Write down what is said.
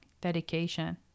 dedication